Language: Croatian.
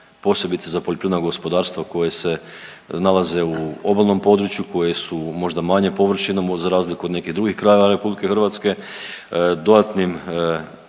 posebice za poljoprivredna gospodarstva koje se nalaze u obalnom području, koje su možda manje površinom za razliku od nekih drugih krajeva RH, dodatnim